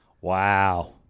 Wow